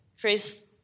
Chris